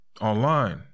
Online